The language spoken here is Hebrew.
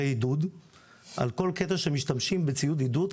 עידוד על כל קטע שמשתמשים בציוד עידוד,